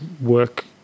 work